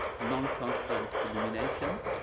non constant illumination.